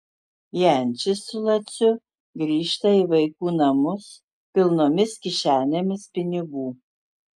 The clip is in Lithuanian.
jančis su laciu grįžta į vaikų namus pilnomis kišenėmis pinigų